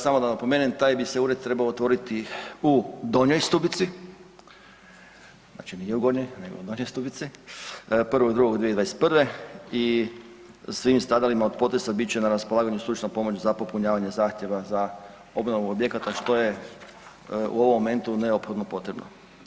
Samo da napomenem taj bi se ured trebao otvoriti u Donjoj Stubici, znači nije u Gornjoj nego u Donjoj Stubici 1.2.2021. i svim stradalima od potresa bit će na raspolaganju stručna pomoć za popunjavanje zahtjeva za obnovu objekata što je u ovom momentu neophodno potrebno.